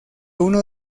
uno